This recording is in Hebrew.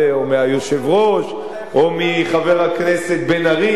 או מהיושב-ראש או מחבר הכנסת בן-ארי.